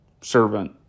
servant